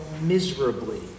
miserably